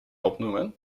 opnoemen